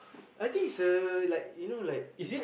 I think it's a like you know like it's